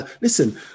Listen